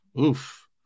oof